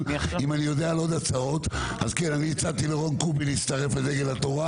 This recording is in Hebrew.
אני מבקש שיתקיים פה דיון בנושא החדש